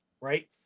right